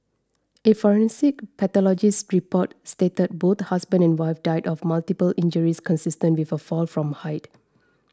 a forensic pathologist's report stated both husband and wife died of multiple injuries consistent with a fall from height